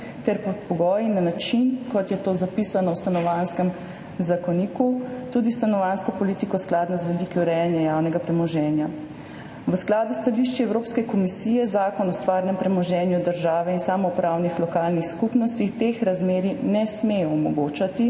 ter pod pogoji in na način, kot je to zapisano v Stanovanjskem zakonu, tudi stanovanjsko politiko skladno z vidiki urejanja javnega premoženja. V skladu s stališči Evropske komisije Zakon o stvarnem premoženju države in samoupravnih lokalnih skupnosti teh razmerij ne sme omogočati,